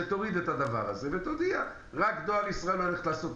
שתוריד את הדבר הזה ותודיע: רק דואר ישראל הולכת לעשות,